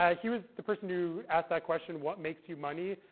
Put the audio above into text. ah he was the person to asked that question, what makes you money?